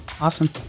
Awesome